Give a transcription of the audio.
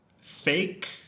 fake